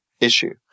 issue